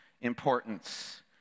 importance